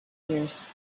years